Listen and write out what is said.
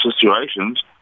situations